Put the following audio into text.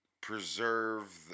preserve